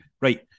Right